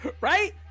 right